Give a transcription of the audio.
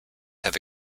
have